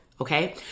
Okay